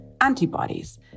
antibodies